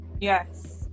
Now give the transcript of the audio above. Yes